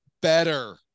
better